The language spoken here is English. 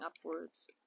upwards